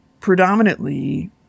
predominantly